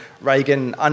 Reagan